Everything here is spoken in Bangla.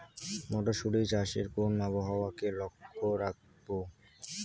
মটরশুটি চাষে কোন আবহাওয়াকে লক্ষ্য রাখবো?